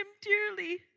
dearly